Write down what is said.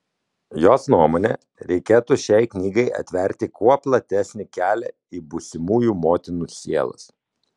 jos nuomone reikėtų šiai knygai atverti kuo platesnį kelią į būsimųjų motinų sielas